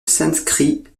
sanskrit